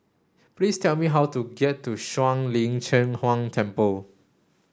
please tell me how to get to Shuang Lin Cheng Huang Temple